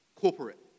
corporate